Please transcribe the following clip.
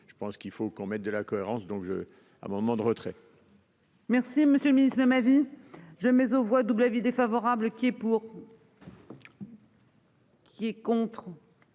Je pense qu'il faut qu'on mette de la cohérence. Donc je, à un moment de retraite.-- Merci monsieur le ministre de ma vie je mets aux voix double avis défavorable qui est pour. Qui est contre